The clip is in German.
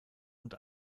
und